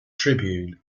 tribune